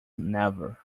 never